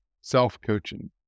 self-coaching